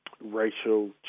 racial